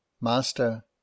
Master